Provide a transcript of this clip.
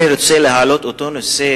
אני רוצה להעלות אותו נושא